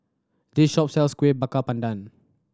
this shop sells Kueh Bakar Pandan